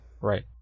Right